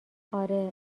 آره